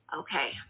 okay